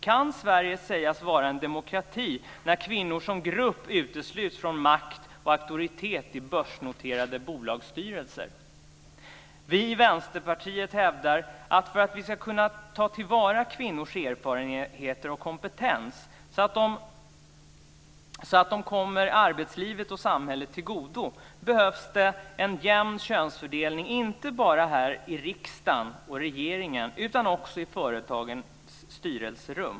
Kan Sverige sägas vara en demokrati när kvinnor som grupp utesluts från makt och auktoritet i börsnoterade bolagsstyrelser? Vi i Vänsterpartiet hävdar att för att vi ska kunna ta till vara kvinnors erfarenheter och kompetens, så att de kommer arbetslivet och samhället till godo, behövs det en jämn könsfördelning inte bara i riksdag och regering utan också i företagens styrelserum.